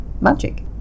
magic